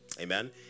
amen